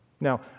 Now